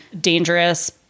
dangerous